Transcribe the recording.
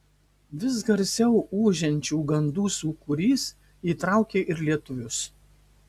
vis garsiau ūžiančių gandų sūkurys įtraukė ir lietuvius